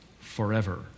forever